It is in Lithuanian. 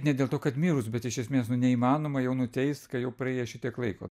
ne dėl to kad mirus bet iš esmės neįmanoma jau nuteist kai jau praėjo šitiek laiko